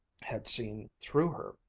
had seen through her.